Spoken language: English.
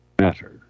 matter